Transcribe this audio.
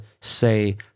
say